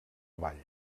avall